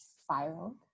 spiraled